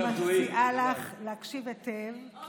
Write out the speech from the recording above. אני מציעה לך להקשיב היטב, אני לא אפריע.